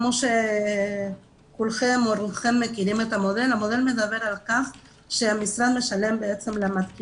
כמו שכולכם מכירים את המודל המודל מדבר על כך שהמשרד משלם למתקינים.